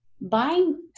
buying